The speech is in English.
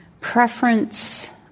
preference